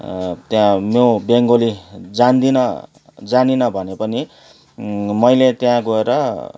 त्यहाँ म बेङ्गोली जान्दिन जानिनँ भने पनि मैले त्यहाँ गएर